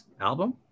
album